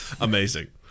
Amazing